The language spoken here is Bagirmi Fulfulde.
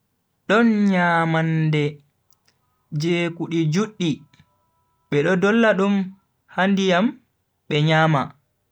Don nyamande je kudi juddi, bedo dolla dum ha ndiyam be nyama.